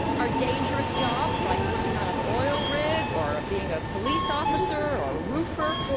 are dangerous jobs like working on an oil rig or being a police officer or a roofer,